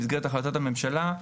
במסגרת החלטת הממשלה,